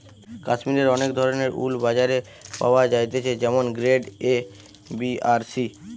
কাশ্মীরের অনেক ধরণের উল বাজারে পাওয়া যাইতেছে যেমন গ্রেড এ, বি আর সি